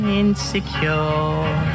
insecure